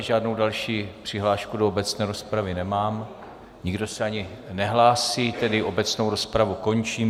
Žádnou další přihlášku do obecné rozpravy nemám, nikdo se ani nehlásí, tedy obecnou rozpravu končím.